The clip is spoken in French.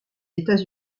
états